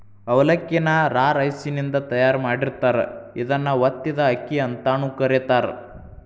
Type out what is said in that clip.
ಅವಲಕ್ಕಿ ನ ರಾ ರೈಸಿನಿಂದ ತಯಾರ್ ಮಾಡಿರ್ತಾರ, ಇದನ್ನ ಒತ್ತಿದ ಅಕ್ಕಿ ಅಂತಾನೂ ಕರೇತಾರ